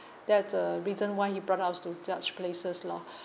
that's the reason why he brought us to those places loh